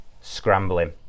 scrambling